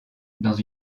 dans